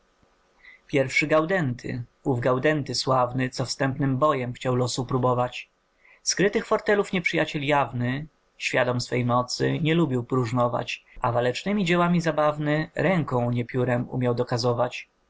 pierwszy gaudenty ów gaudenty sławny co wstępnym bojem chciał losu probować skrytych fortelów nieprzyjaciel jawny świadom swej mocy nie lubił próżnować a walecznemi dziełami zabawny ręką nie piórem umiał dokazować